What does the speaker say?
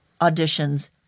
auditions